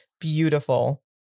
Beautiful